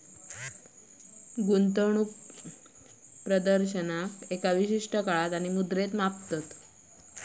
गुंतवणूक प्रदर्शनाक एका विशिष्ट काळात आणि मुद्रेत मापतत